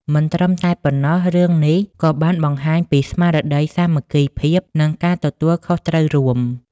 មិនត្រឹមតែប៉ុណ្ណោះរឿងនេះក៏បានបង្ហាញពីរស្មារតីសាមគ្គីភាព និងការទទួលខុសត្រូវរួម។